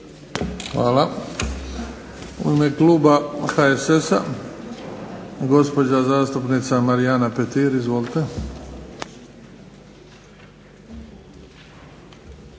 Hvala. U ime kluba HSS-a gospođa zastupnica Marijana Petir. Izvolite.